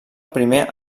primer